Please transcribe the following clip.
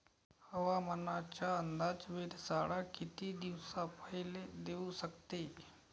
हवामानाचा अंदाज वेधशाळा किती दिवसा पयले देऊ शकते?